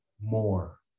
more